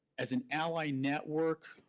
as an ally network,